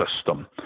system